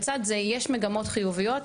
לצד זה יש מגמות חיוביות,